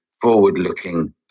forward-looking